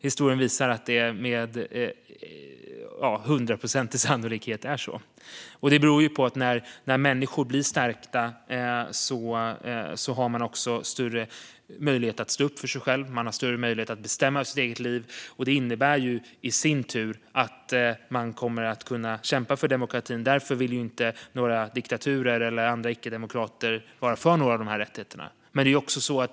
Historien visar att det med hundraprocentig sannolikhet är så. När människor blir stärkta har de större möjlighet att stå upp för sig själva och bestämma över sitt eget liv. Det innebär i sin tur att de kommer att kunna kämpa för demokratin, och därför är diktaturer eller andra icke-demokrater inte för dessa rättigheter.